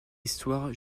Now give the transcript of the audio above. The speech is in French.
histoire